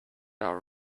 our